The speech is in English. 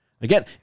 Again